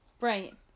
Right